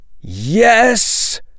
Yes